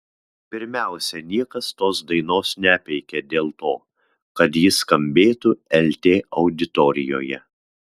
pirmiausia niekas tos dainos nepeikė dėl to kad ji skambėtų lt auditorijoje